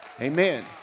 Amen